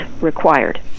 required